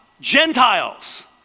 Gentiles